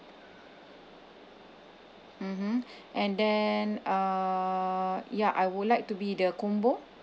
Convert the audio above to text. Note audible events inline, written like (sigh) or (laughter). mmhmm (breath) and then uh ya I would like to be the combo